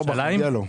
יש על זה שאלות?